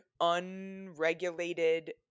unregulated